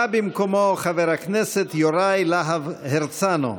בא במקומו חבר הכנסת יוראי להב הרצנו.